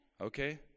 Okay